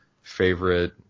favorite